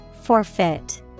Forfeit